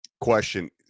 question